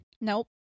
Nope